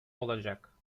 olacak